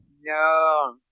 No